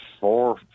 four